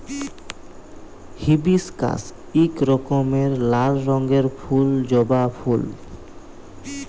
hibiscus ইক রকমের লাল রঙের ফুল জবা ফুল